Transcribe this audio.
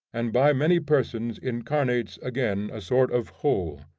and by many persons incarnates again a sort of whole.